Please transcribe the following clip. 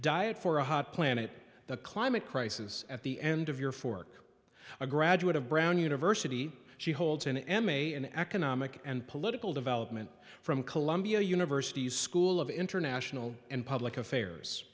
diet for a hot planet the climate crisis at the end of your fork a graduate of brown university she holds an m a in economic and political development from columbia university's school of international and public affairs